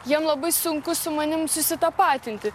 jiem labai sunku su manim susitapatinti